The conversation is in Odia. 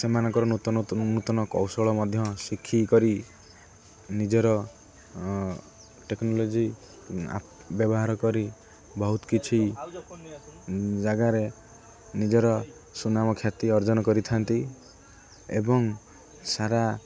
ସେମାନଙ୍କର ନୂତନ ନୂତନ କୌଶଳ ମଧ୍ୟ ଶିଖି କରି ନିଜର ଟେକ୍ନୋଲୋଜି ବ୍ୟବହାର କରି ବହୁତ କିଛି ଜାଗାରେ ନିଜର ସୁନାମ ଖ୍ୟାତି ଅର୍ଜନ କରିଥାନ୍ତି ଏବଂ ସାରା